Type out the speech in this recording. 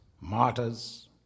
martyrs